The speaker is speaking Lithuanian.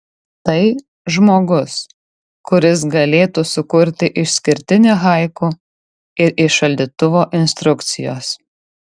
tai žmogus kuris galėtų sukurti išskirtinį haiku ir iš šaldytuvo instrukcijos